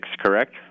correct